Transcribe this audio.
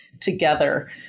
together